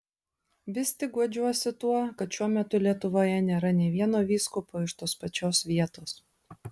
vis tik guodžiuosi tuo kad šiuo metu lietuvoje nėra nė vieno vyskupo iš tos pačios vietos